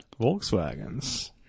Volkswagens